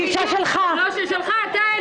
לא דיברנו על מה זה סעיף 1,